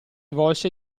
volse